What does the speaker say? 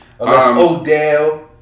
Odell